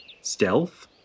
Stealth